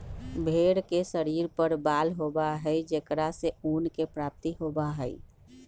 भेंड़ के शरीर पर बाल होबा हई जेकरा से ऊन के प्राप्ति होबा हई